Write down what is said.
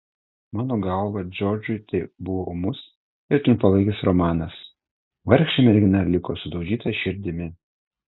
mano galva džordžui tai buvo ūmus ir trumpalaikis romanas vargšė mergina liko sudaužyta širdimi